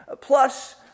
plus